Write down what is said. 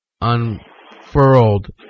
unfurled